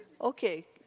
Okay